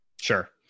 Sure